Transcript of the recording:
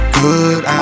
good